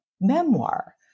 memoir